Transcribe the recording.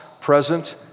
present